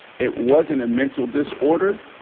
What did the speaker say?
it wasn't a mental disorder.